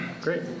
Great